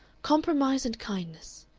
compromise and kindness.